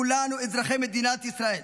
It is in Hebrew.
כולנו אזרחי מדינת ישראל.